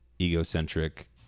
egocentric